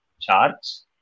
charts